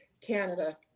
Canada